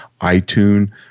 iTunes